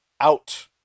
out